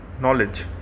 knowledge